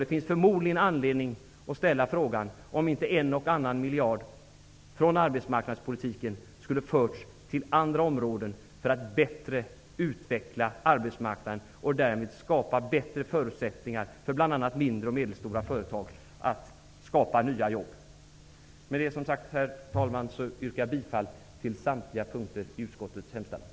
Det finns förmodligen anledning att ställa frågan om inte en och annan miljard från arbetsmarknadspolitiken skulle ha förts till andra områden för att bättre utveckla arbetsmarknaden och därmed skapa bättre förutsättningar för bl.a. mindre och medelstora företag att skapa nya jobb. Med det, herr talman, yrkar jag som sagt bifall till samtliga punkter i utskottets hemställan.